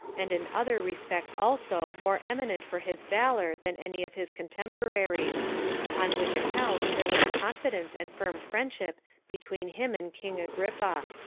and in other respects also more eminent for his valor than any of his contemporaries on which account there was a confidence and firm friendship between him and king agrippa.